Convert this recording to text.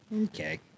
Okay